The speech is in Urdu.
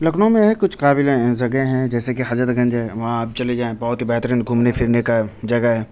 لكھنؤ میں ہے كچھ قابلیں جگہ ہیں جیسے کہ حضرت گنج ہے وہاں آپ چلے جائیں بہت ہی بہترین گھومنے پھرنے کا جگہ ہے